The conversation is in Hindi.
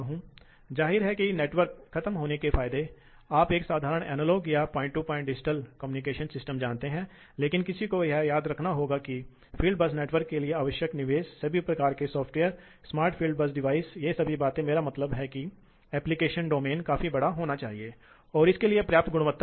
यहां तक कि अगर यहाँ कोई प्रवाह नहीं है तो पंप पर हमेशा एक स्थिर दबाव रहता है इसलिए ऐसे भार को चलाने के लिए क्योंकि हम देखेंगे कि ऊर्जा की बचत कम हो गई है